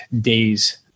days